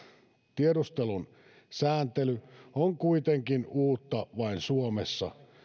tiedustelun sääntely on kuitenkin uutta vain suomessa